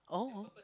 oh